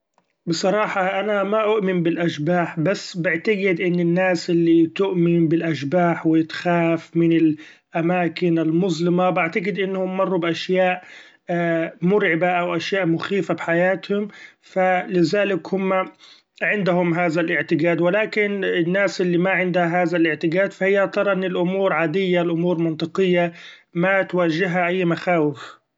بصراحه أنا ما أؤمن بالأشباح بس بعقتد ان الناس اللي تؤمن بالأشباح و تخاف من الأماكن المظلمة بعقتد أنهم مروا بأشياء مرعبه أو أشياء مخيفه بحياتهم ؛ ف لذلك هما عندهم هذا الإعتقاد ، و لكن الناس الي ما عندها هذا الإعتقاد فهي تري أن الأمور عادية الأمور منطقية ما توجهها أي مخاوف.